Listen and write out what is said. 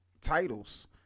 titles